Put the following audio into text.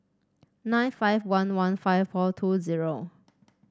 nine five one one five four two zero